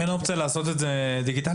אין אופציה לעשות את זה דיגיטלית?